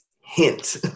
hint